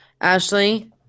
Ashley